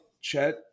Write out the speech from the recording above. Chet